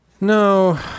No